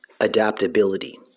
Adaptability